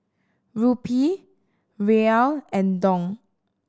Rupee Riel and Dong